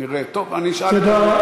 נראה, טוב, אני אשאל את המזכירות.